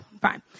fine